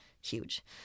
huge